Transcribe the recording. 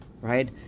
Right